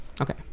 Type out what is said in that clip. Okay